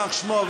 יימח שמו,